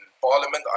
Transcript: parliament